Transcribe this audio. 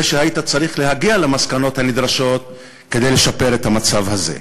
שהיית צריך להגיע למסקנות הנדרשות כדי לשפר את המצב הזה.